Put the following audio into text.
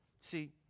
See